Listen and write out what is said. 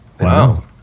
Wow